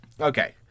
okay